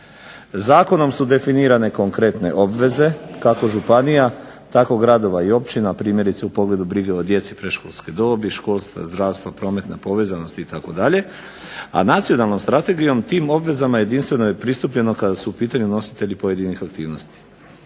Zakonom su definirane konkretne obveze kako županija, tako i gradova i općina, primjerice u pogledu brige o djeci predškolske dobi, školstva, zdravstva, prometna povezanost itd. a nacionalnom strategijom tim obvezama jedinstveno je pristupljeno kada su u pitanju nositelji pojedinih aktivnosti.